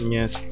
Yes